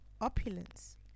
opulence